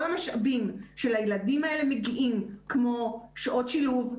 המשאבים שלילדים האלה מגיעים כמו שעות שילוב,